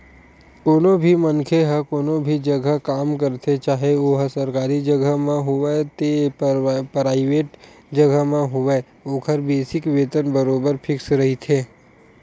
कोनो भी मनखे ह कोनो भी जघा काम करथे चाहे ओहा सरकारी जघा म होवय ते पराइवेंट जघा म होवय ओखर बेसिक वेतन बरोबर फिक्स रहिथे